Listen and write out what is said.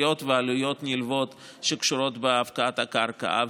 משפטיות ועלויות נלוות שקשורות בהפקעת הקרקע.